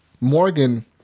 Morgan